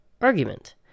Argument